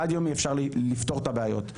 חד יומי אפשר לפתור את הבעיות,